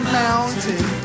mountain